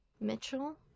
Mitchell